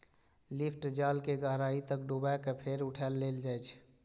lift जाल कें गहराइ तक डुबा कें फेर उठा लेल जाइ छै